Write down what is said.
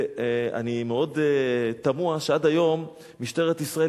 ואני מאוד תמה שעד היום משטרת ישראל